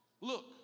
Look